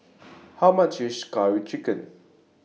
How much IS Curry Chicken